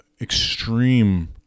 extreme